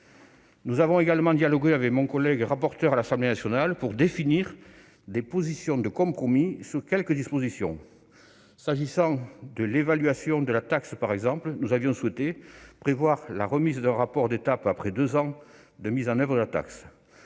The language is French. J'ai également dialogué avec mon collègue rapporteur à l'Assemblée nationale pour définir des positions de compromis sur quelques dispositions. S'agissant de l'évaluation de la taxe, par exemple, nous avions souhaité prévoir la remise d'un rapport d'étape après deux ans de mise en oeuvre.